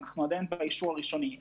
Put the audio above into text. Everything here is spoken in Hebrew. אנחנו עדיין בשלבי האישור הראשוני.